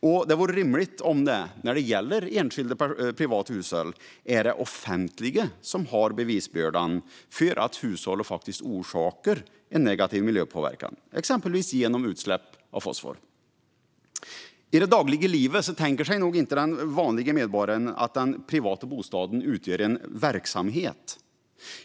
När det gäller ett enskilt privat hushåll vore det rimligt om det offentliga hade bevisbördan gällande om hushållet faktiskt orsakar en negativ miljöpåverkan, exempelvis genom utsläpp av fosfor. I det dagliga livet tänker sig nog inte den vanliga medborgaren att den privata bostaden utgör en verksamhet.